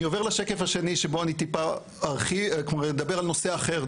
אני עובר לשקף השני שבו אני אדבר על נושא אחר,